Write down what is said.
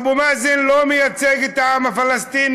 אבו מאזן לא מייצג את העם הפלסטיני.